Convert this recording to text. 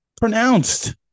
pronounced